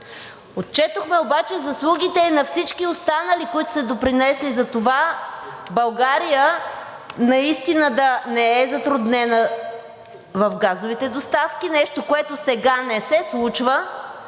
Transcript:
отчетохме обаче заслугите на всички останали, които са допринесли за това България наистина да не е затруднена в газовите доставки – нещо, което сега не се случва